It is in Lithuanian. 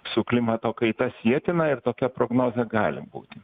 su klimato kaita sietina ir tokia prognozė gali būti